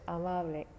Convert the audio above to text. amable